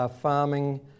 farming